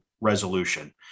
resolution